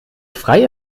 frei